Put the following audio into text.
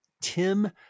Tim